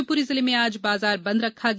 शिवपुरी जिले में आज बाजार बंद रखा गया